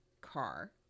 car